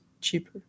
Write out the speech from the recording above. cheaper